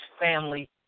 family